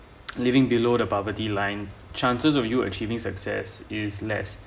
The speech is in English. living below the poverty line chances of you achieving success is less